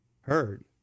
heard